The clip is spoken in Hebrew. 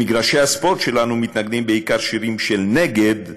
במגרשי הספורט שלנו מתנגנים בעיקר שירים של נגד,